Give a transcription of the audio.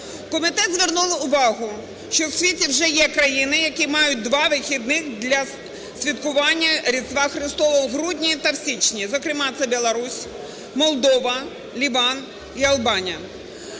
Комітет звернув увагу, що в світі вже є країни, які мають два вихідних для святкування Різдва Христового – в грудні та в січні. Зокрема, це Білорусь, Молдова, Ліван і Албанія.